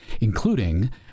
including